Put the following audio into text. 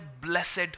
blessed